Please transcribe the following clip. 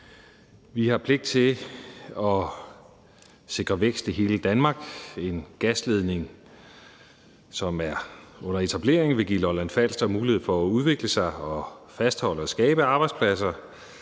Vi har pligt til at sikre vækst i hele Danmark. Den gasledning, som er under etablering, vil give Lolland-Falster mulighed for at udvikle sig og fastholde og skabe arbejdspladser,